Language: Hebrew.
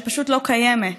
שפשוט לא קיימת.